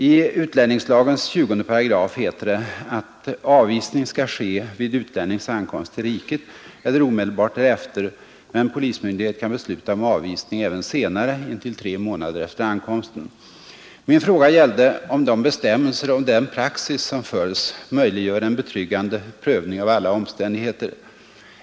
I utlänningslagens 20 § heter det att ”avvisning skall ske vid utlännings ankomst till riket eller omedelbart därefter”, men polismyndighet kan besluta om avvisning även senare, ”intill tre månader efter ankomsten”. Min fråga gällde om de bestämmelser och den praxis som följs möjliggör en betryggande prövning av alla omständigheter.